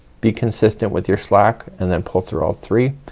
be consistent with your slack and then pull through all three.